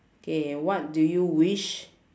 K what do you wish